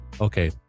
okay